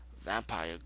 vampire